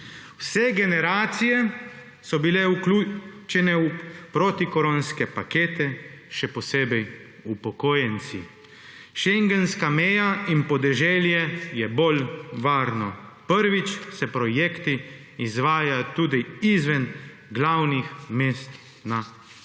generacije so bile vključene v protikoronske pakete, še posebej upokojenci. Schengenska meja in podeželje je bolj varno. Prvič se projekti izvajajo tudi izven glavnih mest na